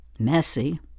messy